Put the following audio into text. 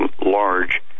large